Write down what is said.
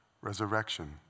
resurrection